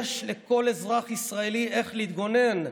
יש לכל אזרח ישראלי איך להתגונן.